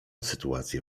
sytuacje